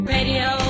Radio